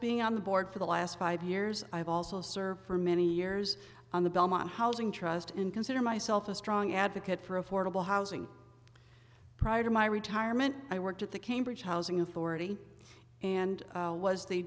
being on the board for the last five years i've also served for many years on the belmont housing trust and consider myself a strong advocate for affordable housing prior to my retirement i worked at the cambridge housing authority and was the